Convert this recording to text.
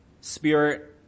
spirit